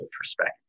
perspective